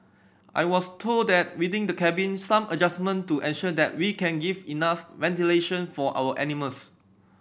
I was told that within the cabin some adjustment to ensure that we can give enough ventilation for our animals